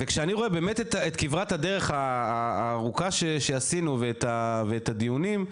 באמת את כברת הדרך הארוכה שעשינו ואת והדיונים,